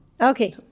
Okay